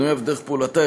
מינויה ודרך פעולתה,